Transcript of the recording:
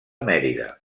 mèrida